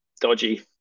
dodgy